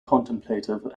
contemplative